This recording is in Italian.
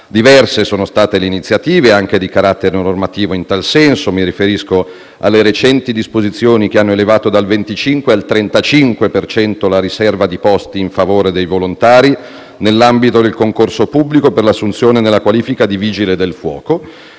Diverse sono state le iniziative, anche di carattere normativo, in tal senso: mi riferisco alle recenti disposizioni che hanno elevato dal 25 al 35 per cento la riserva di posti in favore dei volontari nell'ambito del concorso pubblico per l'assunzione della qualifica di vigile del fuoco